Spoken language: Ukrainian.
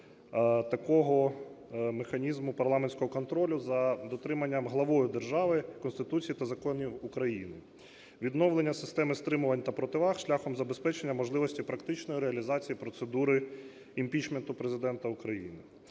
такого механізму парламентського контролю за дотриманням главою держави Конституції та законів України, відновлення системи стримувань та противаг шляхом забезпечення можливості практичної реалізації процедури імпічменту Президента України.